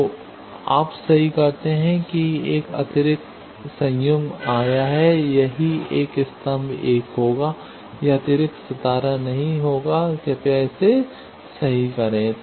तो आप सही करते हैं कि एक अतिरिक्त संयुग्म आया है सही एक स्तंभ 1 होगा यह अतिरिक्त सितारा नहीं होगा कृपया इसे सही करें